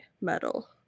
metal